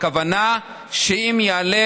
הכוונה שאם יעלה,